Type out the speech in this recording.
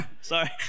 sorry